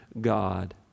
God